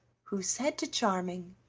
who said to charming